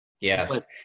Yes